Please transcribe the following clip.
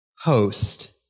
host